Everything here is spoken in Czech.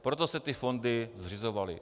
Proto se ty fondy zřizovaly.